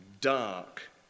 dark